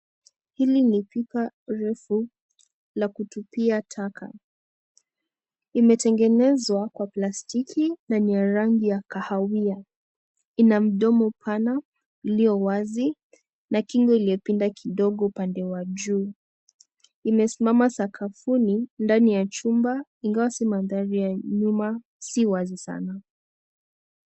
Hili ni chupa refu la kutupia taka, imetengenezwa kwa plastiki na ni ya rangi ya kahawia, ina mdomo pana iliyo wazi na shingo iloyo pinda kidogo upande wa juu, imesimama sakafuni ndani ya numba ingawa sio wazi sana.